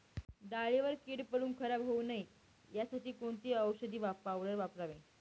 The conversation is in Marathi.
डाळीवर कीड पडून खराब होऊ नये यासाठी कोणती औषधी पावडर वापरावी?